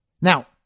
Now